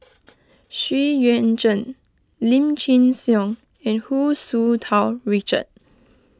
Xu Yuan Zhen Lim Chin Siong and Hu Tsu Tau Richard